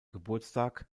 geburtstag